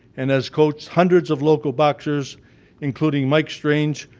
and has coached hundreds of local boxers including mike strange,